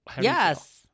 Yes